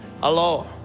Hello